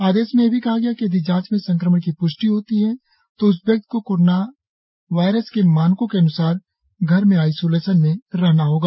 आदेश में यह भी कहा गया है कि यदि जांच में संक्रमण की प्ष्टि होती है तो उस व्यक्ति को कोरोना वायरस के मानकों के अन्सार घर में आइसोलेशन में रहना होगा